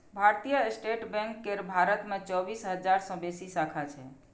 भारतीय state bank केर भारत मे चौबीस हजार सं बेसी शाखा छै